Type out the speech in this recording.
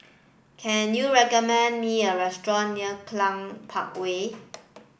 can you recommend me a restaurant near Cluny Park Way